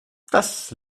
das